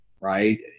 right